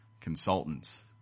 consultants